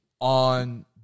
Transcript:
on